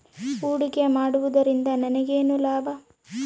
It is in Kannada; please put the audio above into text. ಹೂಡಿಕೆ ಮಾಡುವುದರಿಂದ ನನಗೇನು ಲಾಭ?